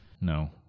No